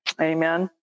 Amen